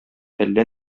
әллә